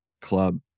club